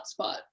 hotspot